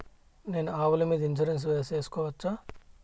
నేను ఆవుల మీద ఇన్సూరెన్సు సేసుకోవచ్చా?